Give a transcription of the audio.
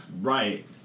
Right